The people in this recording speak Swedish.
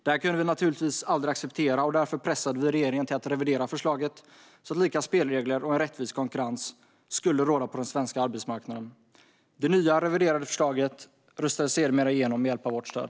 Det kunde vi naturligtvis aldrig acceptera, och därför pressade vi regeringen att revidera förslaget så att lika spelregler och rättvis konkurrens skulle råda på den svenska arbetsmarknaden. Det nya reviderade förslaget röstades sedermera igenom med hjälp av vårt stöd.